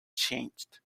changed